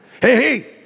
hey